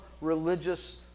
religious